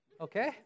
Okay